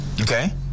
Okay